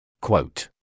Quote